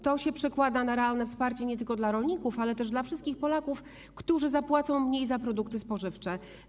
To się przekłada na realne wsparcie nie tylko dla rolników, ale też dla wszystkich Polaków, którzy zapłacą mniej za produkty spożywcze.